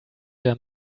der